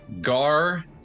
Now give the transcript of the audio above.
Gar